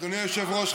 אדוני היושב-ראש,